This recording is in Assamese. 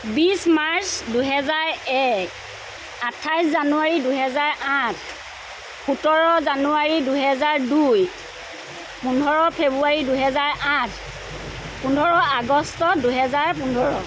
বিছ মাৰ্চ দুহেজাৰ এক আঠাইছ জানুৱাৰী দুহেজাৰ আঠ সোতৰ জানুৱাৰী দুহেজাৰ দুই পোন্ধৰ ফেব্ৰুৱাৰী দুহেজাৰ আঠ পোন্ধৰ আগষ্ট দুহেজাৰ পোন্ধৰ